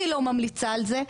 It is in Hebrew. אני לא ממליצה על זה.